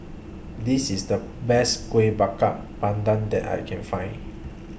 This IS The Best Kuih Bakar Pandan that I Can Find